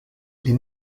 les